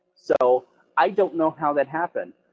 so i don't know how that happens,